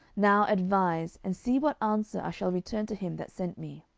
now advise, and see what answer i shall return to him that sent me.